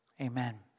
Amen